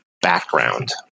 background